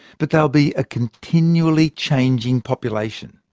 but they'll be a continually changing population.